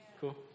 Cool